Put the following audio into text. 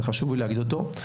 וחשוב לי להגיד אותו.